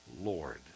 Lord